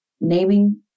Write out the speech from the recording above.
naming